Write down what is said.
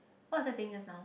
what was I saying just now